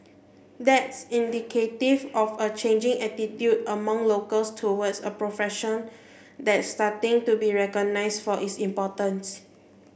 that's indicative of a changing attitude among locals towards a profession that's starting to be recognised for its importance